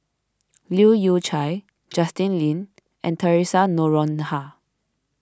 Leu Yew Chye Justin Lean and theresa Noronha